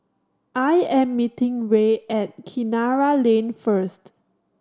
I am meeting Rae at Kinara Lane first